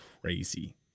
crazy